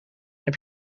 heb